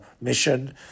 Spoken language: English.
mission